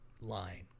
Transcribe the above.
line